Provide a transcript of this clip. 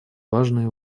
важные